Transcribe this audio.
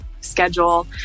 schedule